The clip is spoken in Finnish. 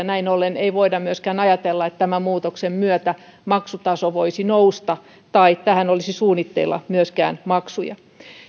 näin ollen ei voida myöskään ajatella että tämän muutoksen myötä maksutaso voisi nousta tai että tähän olisi suunnitteilla maksuja